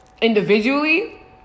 individually